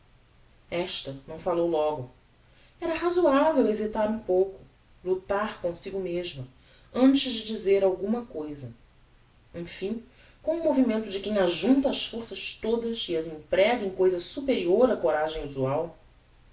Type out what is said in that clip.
esta não falou logo era razoavel hesitar um pouco lutar comsigo mesma antes de dizer alguma cousa emfim com um movimento de quem ajunta as forças todas e as emprega em cousa superior á coragem usual